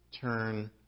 turn